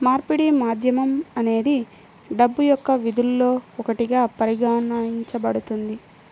మార్పిడి మాధ్యమం అనేది డబ్బు యొక్క విధుల్లో ఒకటిగా పరిగణించబడుతుంది